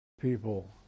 people